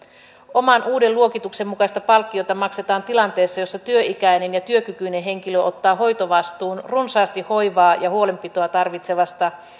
oman uuden luokituksen mukaista palkkiota maksetaan tilanteessa jossa työikäinen ja työkykyinen henkilö ottaa hoitovastuun runsaasti hoivaa ja huolenpitoa tarvitsevasta